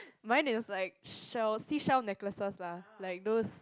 mine is like shell seashell necklaces lah like those